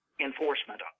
Enforcement